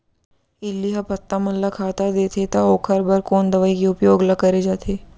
इल्ली ह पत्ता मन ला खाता देथे त ओखर बर कोन दवई के उपयोग ल करे जाथे?